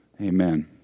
amen